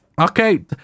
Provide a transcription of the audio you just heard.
okay